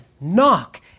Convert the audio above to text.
Knock